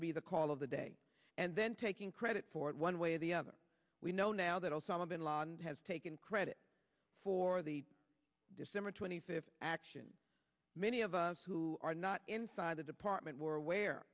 to be the call of the day and then taking credit for it one way or the other we know now that osama bin laden has taken credit for the december twenty fifth action many of us who are not inside the department were aware